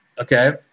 okay